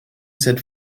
set